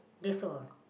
that's all